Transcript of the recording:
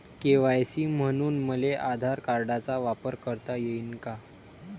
KYC म्हनून मले आधार कार्डाचा वापर करता येईन का?